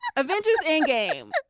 avengers endgame.